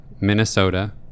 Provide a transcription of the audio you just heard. Minnesota